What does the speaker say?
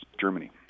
Germany